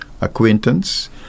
acquaintance